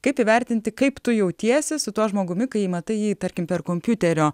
kaip įvertinti kaip tu jautiesi su tuo žmogumi kai matai jį tarkim per kompiuterio